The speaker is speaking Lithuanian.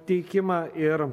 teikimą ir